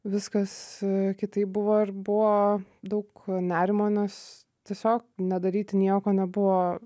viskas kitaip buvo ir buvo daug nerimo nes tiesiog nedaryti nieko nebuvo